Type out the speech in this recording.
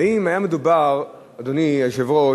ואם היה מדובר, אדוני היושב-ראש,